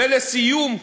ולסיום,